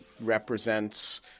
represents